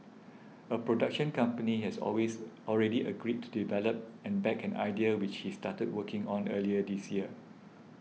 a production company has always already agreed to develop and back an idea which he started working on earlier this year